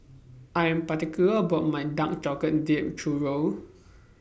I Am particular about My Dark Chocolate Dipped Churro